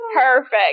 perfect